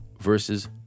versus